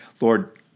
Lord